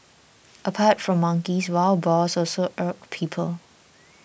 apart from monkeys wild boars also irk people